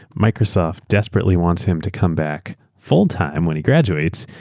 microsoft desperately wants him to come back full-time when he graduates,